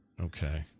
Okay